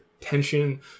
tension